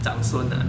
长孙 ah